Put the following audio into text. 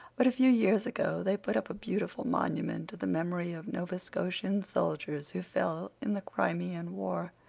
but a few years ago they put up a beautiful monument to the memory of nova scotian soldiers who fell in the crimean war.